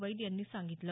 वैद यांनी सांगितलं